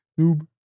Noob